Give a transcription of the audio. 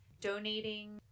donating